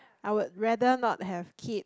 I would rather not have kid